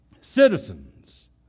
Citizens